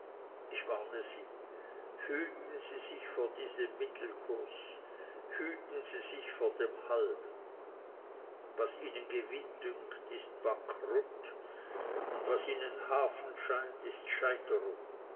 ich warne sie hüten sie sich vor diesem mittelkurs hüten sie sich vor dem halben was ihnen gewinn dünkt ist bankrutt und was ihnen hafen scheint ist scheiterung